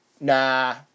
Nah